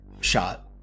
shot